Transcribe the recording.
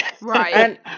Right